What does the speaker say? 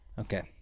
Okay